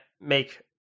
make